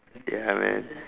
ya man